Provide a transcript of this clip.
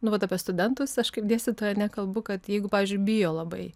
nu vat apie studentus aš kaip dėstytoja ar ne kalbu kad jeigu pavyzdžiui bijo labai